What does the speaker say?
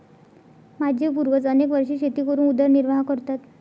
माझे पूर्वज अनेक वर्षे शेती करून उदरनिर्वाह करतात